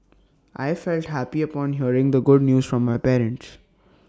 I felt happy upon hearing the good news from my parents